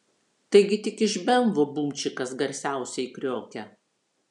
taigi tik iš bemvo bumčikas garsiausiai kriokia